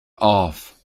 off